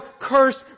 cursed